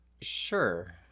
sure